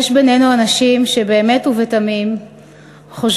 יש בינינו אנשים שבאמת ובתמים חושבים